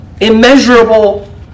immeasurable